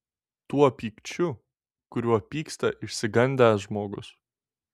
tuo pykčiu kuriuo pyksta išsigandęs žmogus